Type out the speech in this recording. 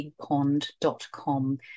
bigpond.com